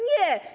Nie.